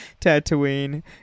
Tatooine